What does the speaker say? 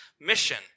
mission